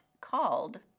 called